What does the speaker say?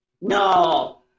No